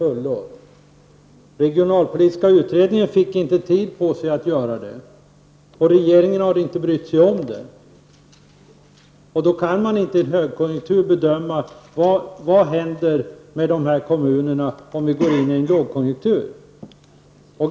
Den regionalpolitiska utredningen fick inte tid på sig, och regeringen har inte brytt sig om saken. I en högkonjunktur kan man inte bedöma vad som kommer att hända med kommunerna när vi går in i en lågkonjunktur.